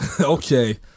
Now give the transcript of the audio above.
Okay